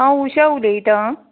हांव उशा उलयतां